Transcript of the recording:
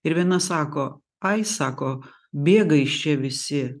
ir viena sako ai sako bėga iš čia visi